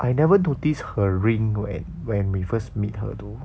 I never notice when when we first meet her though